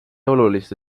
oluliste